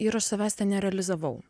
ir aš savęs ten nerealizavau